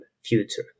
future